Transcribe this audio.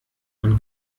man